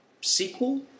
sequel